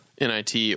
NIT